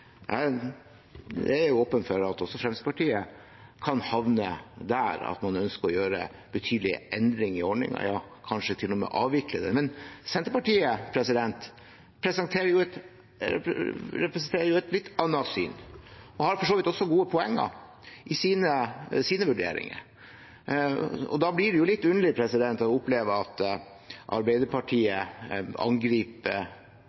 Jeg er åpen for at også Fremskrittspartiet kan havne der at man ønsker å gjøre betydelige endringer i ordningen – ja, kanskje til og med avvikle den. Men Senterpartiet representerer et annet syn og har for så vidt også gode poenger i sine vurderinger. Da blir det litt underlig å oppleve at